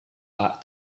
pak